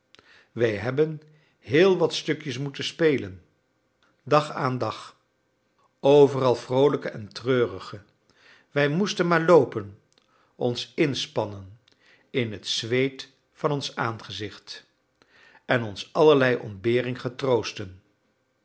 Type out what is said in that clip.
wij hebben heel wat stukjes moeten spelen dag aan dag overal vroolijke en treurige wij moesten maar loopen ons inspannen in t zweet van ons aangezicht en ons allerlei ontbering getroosten